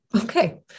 Okay